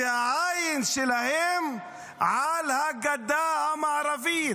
והעין שלהם על הגדה המערבית.